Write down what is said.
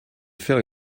faire